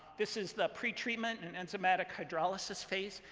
this is the pretreatment and enzymatic hydrolysis phase.